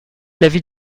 l’avis